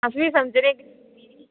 अस बी समझने